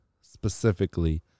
specifically